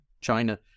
China